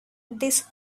this